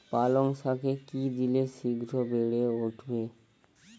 পালং শাকে কি দিলে শিঘ্র বেড়ে উঠবে?